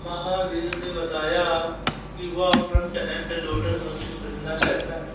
महावीर ने बताया कि वह फ्रंट एंड लोडर मशीन खरीदना चाहता है